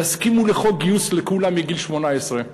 תסכימו לחוק גיוס לכולם מגיל 18,